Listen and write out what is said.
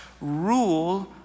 rule